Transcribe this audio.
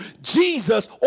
Jesus